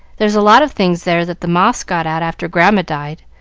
there's a lot of things there that the moths got at after grandma died,